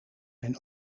mijn